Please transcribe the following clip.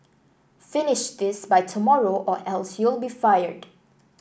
finish this by tomorrow or else you'll be fired